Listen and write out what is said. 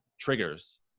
triggers